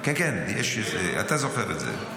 כן, כן, אתה זוכר את זה.